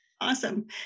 Awesome